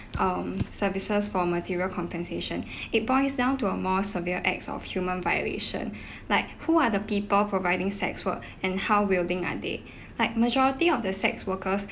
um services for material compensation it boils down to a more severe acts of human violation like who are the people providing sex work and how willing are they like majority of the sex workers